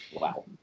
Wow